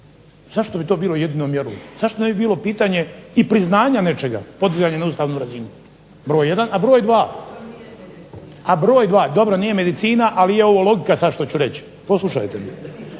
Zašto bi to bilo jedino mjerilo? Zašto ne bi bilo pitanje i priznanja nečega podizanjem na ustavnu razinu? Broj jedan. A broj dva, … /Upadica se ne razumije./… Dobro nije medicina, ali je ovo logika sad što ću reći, poslušajte.